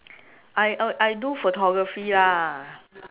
I I do photography lah